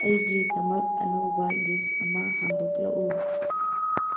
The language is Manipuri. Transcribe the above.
ꯑꯩꯒꯤꯗꯃꯛ ꯑꯅꯧꯕ ꯂꯤꯁ ꯑꯃ ꯍꯥꯡꯗꯣꯛꯂꯛꯎ